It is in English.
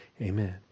Amen